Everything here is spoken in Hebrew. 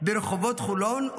ברחובות חולון,